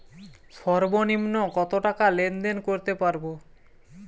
সর্বনিম্ন কত টাকা লেনদেন করতে পারবো?